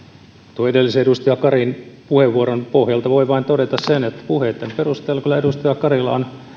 tuon edellisen edustaja karin puheenvuoron pohjalta voi vain todeta sen että puheitten perusteella kyllä edustaja karilla on